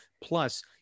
Plus